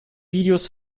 videos